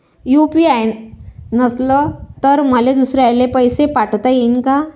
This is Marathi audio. यू.पी.आय नसल तर मले दुसऱ्याले पैसे पाठोता येईन का?